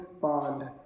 bond